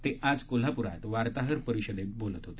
ते आज कोल्हापूरात वार्ताहर परिषदेत बोलत होते